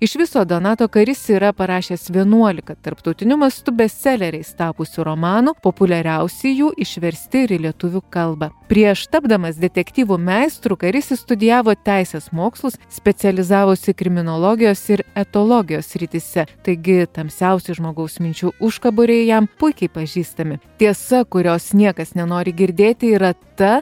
iš viso donato karis yra parašęs vienuoliką tarptautiniu mastu bestseleriais tapusių romanų populiariausi jų išversti ir į lietuvių kalbą prieš tapdamas detektyvų meistru karys jis studijavo teisės mokslus specializavosi kriminologijos ir etologijos srityse taigi tamsiausi žmogaus minčių užkaboriai jam puikiai pažįstami tiesa kurios niekas nenori girdėti yra ta